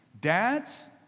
dads